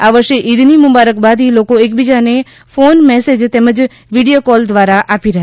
આ વર્ષે ઈદની મુબારકબાદી લોકો એકબીજાને ફોન મેસેજ તેમજ વિડીયો કોલ કરી આપી હતી